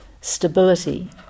stability